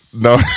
No